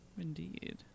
Indeed